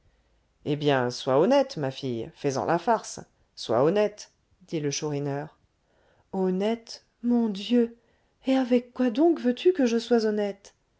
eh bien sois honnête ma fille fais-en la farce sois honnête dit le chourineur honnête mon dieu et avec quoi donc veux-tu que je sois honnête